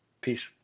Peace